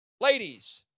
Ladies